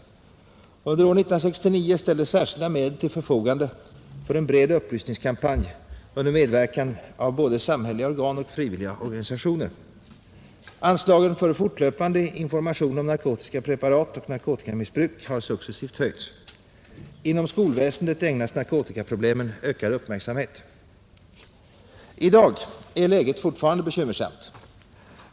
Under år 1969 ställdes särskilda medel till förfogande för en bred upplysningskampanj under medverkan av både samhälleliga organ och frivilliga organisationer. Anslagen för fortlöpande information om narkotiska preparat och narkotikamissbruk har successivt höjts. Inom skolvä att komma till rätta med narkotikaproblemet I dag är läget fortfarande bekymmersamt.